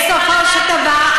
בסופו של דבר,